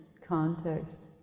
context